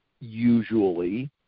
usually